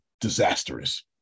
disastrous